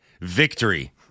victory